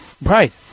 Right